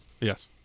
Yes